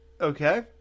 okay